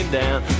down